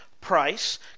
price